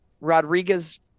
Rodriguez